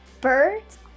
Birds